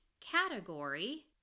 category